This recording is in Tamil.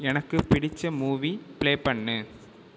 எனக்கு பிடிச்ச மூவி ப்ளே பண்ணு